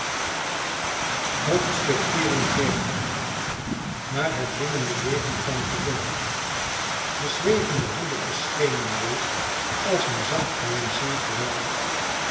maar het dwingende leven kwam terug de zwevende handen verschenen weêr als een zacht geheimzinnig geweld